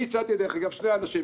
אני הצעתי דרך אגב שני אנשים,